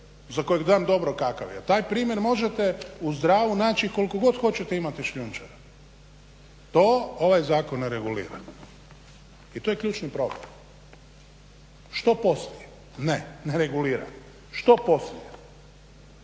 za kojeg znam dobro kakav je. A taj primjer možete uz Dravu naći koliko god hoćete i imate šljunčara. To ovaj zakon ne regulira i to je ključni problem. Što poslije? Ne, ne regulira. Što poslije?